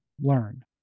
learn